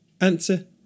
Answer